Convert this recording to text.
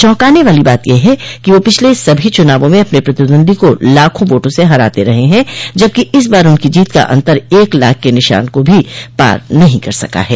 चौंकाने वाली बात यह है कि वह पिछले सभी चुनावों में अपने प्रतिद्वंदी को लाखों वोटों से हराते रहे हैं जबकि इस बार उनकी जीत का अंतर एक लाख के निशान को भी पार नहीं कर सका है